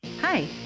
Hi